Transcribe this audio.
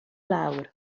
lawr